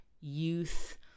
youth